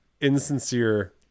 insincere